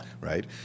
Right